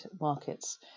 markets